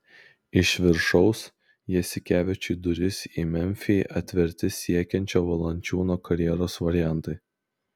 iš viršaus jasikevičiui duris į memfį atverti siekiančio valančiūno karjeros variantai